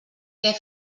què